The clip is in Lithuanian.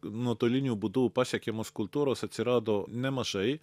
nuotoliniu būdu pasiekė mus kultūros atsirado nemažai